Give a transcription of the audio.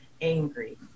angry